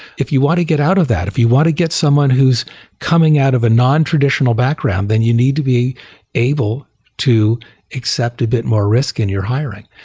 if you want to get out of that, if you want to get someone who's coming out of a nontraditional background, then you need to be able to accept a bit more risk in your hiring,